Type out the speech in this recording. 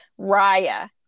Raya